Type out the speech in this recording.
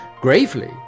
gravely